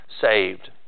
saved